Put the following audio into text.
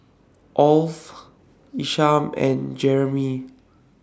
of Isham and Jerimy